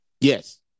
Yes